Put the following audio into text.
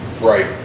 Right